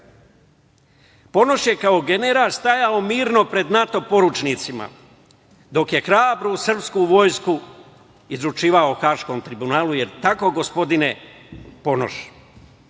Ponoš. Ponoš je kao general stajao mirno pred NATO poručnicima, dok je hrabro srpsku vojsku izručivao Haškom tribunalu. Da li je tako, gospodine